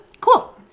Cool